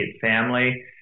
family